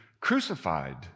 crucified